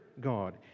God